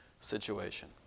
situation